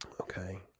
Okay